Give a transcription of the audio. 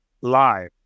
live